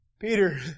Peter